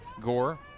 Gore